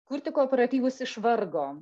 kurti kooperatyvus iš vargo